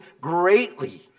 greatly